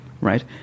right